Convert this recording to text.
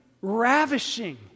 ravishing